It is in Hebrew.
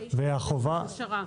ועם הכשרה.